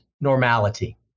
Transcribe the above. normality